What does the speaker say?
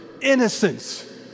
innocence